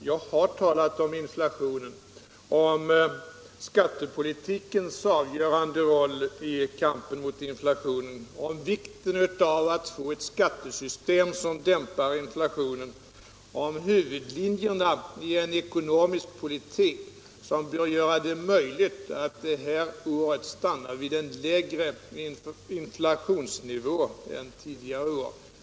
Jag har talat om inflationen — om skattepolitikens avgörande roll i kampen mot inflationen, om vikten av att få ett skattesystem som dämpar inflationen och om huvudlinjerna i en ekonomisk politik som bör göra det möjligt att detta år stanna på en lägre inflationsnivå än tidigare år.